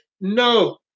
No